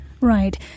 Right